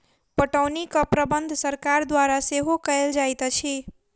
पटौनीक प्रबंध सरकार द्वारा सेहो कयल जाइत अछि